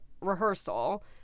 rehearsal